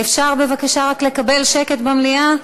אפשר בבקשה רק לקבל שקט במליאה?